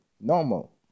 normal